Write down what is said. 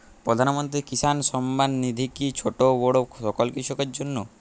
প্রধানমন্ত্রী কিষান সম্মান নিধি কি ছোটো বড়ো সকল কৃষকের জন্য?